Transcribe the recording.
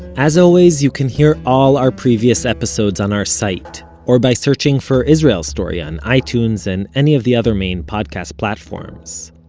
as always, you can hear all our previous episodes on our site or by searching for israel story on itunes, and any of the other main podcast platforms.